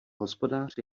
hospodář